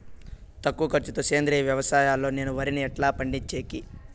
తక్కువ ఖర్చు తో సేంద్రియ వ్యవసాయం లో నేను వరిని ఎట్లా పండించేకి?